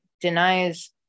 denies